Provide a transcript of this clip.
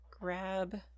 Grab